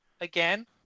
again